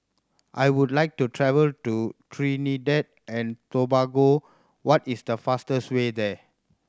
I would like to travel to Trinidad and Tobago what is the fastest way there